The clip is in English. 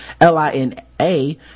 L-I-N-A